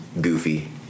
goofy